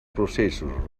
processos